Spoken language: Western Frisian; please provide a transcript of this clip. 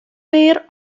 mear